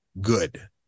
good